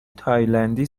تایلندی